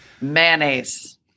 mayonnaise